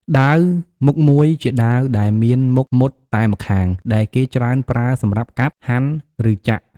ដាវមុខមួយ ជាដាវដែលមានមុខមុតតែម្ខាង ដែលគេច្រើនប្រើសម្រាប់កាប់ ហាន់ ឬចាក់។